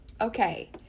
Okay